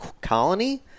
colony